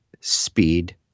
speed